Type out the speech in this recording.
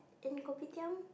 in kopitiam